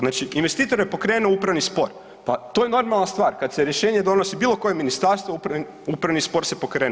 Znači investitor je pokrenuo upravni spor, pa to je normalna stvar kad se rješenje donosi, bilo koje ministarstvo, upravni spor se pokrene.